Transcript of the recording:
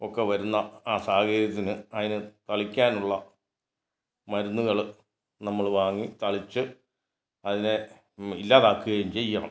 ഒക്കെ വരുന്ന ആ സാഹചര്യത്തിന് അതിനെ തളിക്കാനുള്ള മരുന്നുകൾ നമ്മൾ വാങ്ങി തളിച്ച് അതിനെ ഇല്ലാതാക്കുകയും ചെയ്യണം